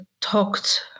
talked